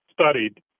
studied